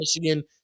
Michigan